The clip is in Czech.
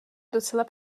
docela